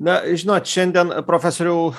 na žinot šiandien profesoriau